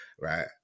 right